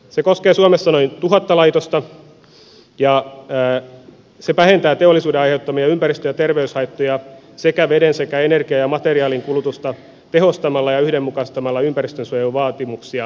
se koskee suomessa noin tuhatta laitosta ja se vähentää teollisuuden aiheuttamia ympäristö ja terveyshaittoja sekä veden energian ja materiaalin kulutusta tehostamalla ja yhdenmukaista malla ympäristönsuojeluvaatimuksia